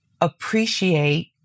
appreciate